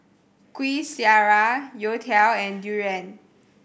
Kuih Syara youtiao and durian